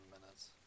minutes